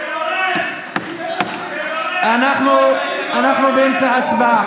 אנחנו באמצע הצבעה.